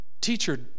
teacher